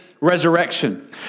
Resurrection